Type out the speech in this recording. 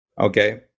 Okay